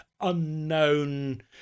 unknown